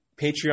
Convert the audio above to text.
Patreon